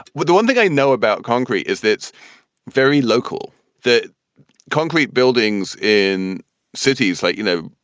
well, the one thing i know about concrete is that's very local the concrete buildings in cities like, you know,